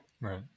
Right